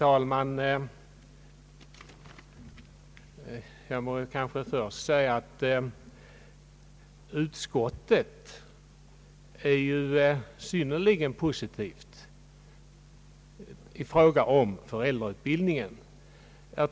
Herr talman! Jag vill först säga att utskottet ställer sig synnerligen positivt till föräldrautbildningen.